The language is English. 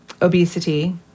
obesity